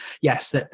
yes